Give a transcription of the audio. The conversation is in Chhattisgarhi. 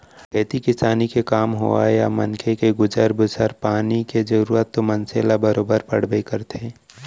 खेती किसानी के काम होवय या मनखे के गुजर बसर पानी के जरूरत तो मनसे ल बरोबर पड़बे करथे